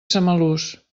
samalús